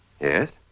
Yes